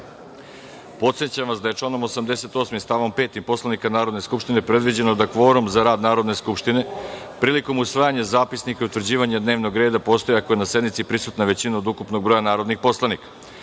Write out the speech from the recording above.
vas da je članom 88. stavom 5. Poslovnika Narodne skupštine predviđeno da kvorum za rad Narodne skupštine prilikom usvajanja Zapisnika utvrđivanja dnevnog reda postoje ako je na sednici prisutna većina od ukupnog broja narodnih poslanika. Radi